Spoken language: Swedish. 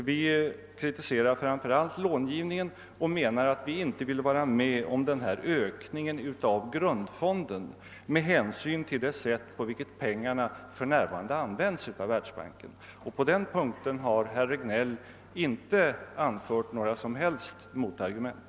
Vi kritiserar framför allt långivningen och vill inte vara med om ökningen av grundfonden med hänsyn till det sätt på vilket pengarna för närvarande används av världsbanken. Och på den punkten har herr Regnéll inte anfört några som helst motargument.